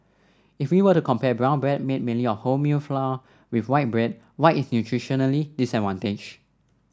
if we were to compare brown bread made mainly of wholemeal flour with white bread white is nutritionally disadvantaged